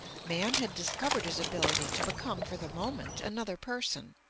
man had discovered his ability to become for the moment another person,